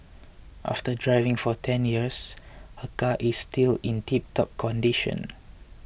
after driving for ten years her car is still in tiptop condition